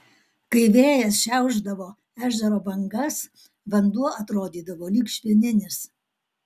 kai vėjas šiaušdavo ežero bangas vanduo atrodydavo lyg švininis